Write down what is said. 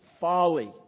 folly